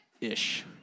Ish